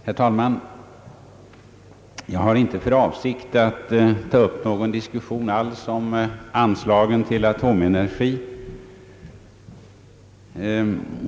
Herr talman! Jag har inte för avsikt att ta upp någon diskussion alls om anslagen till AB Atomenergi.